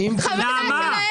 שום חוות דעת לא הוסתרה.